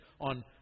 on